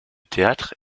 théâtre